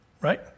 right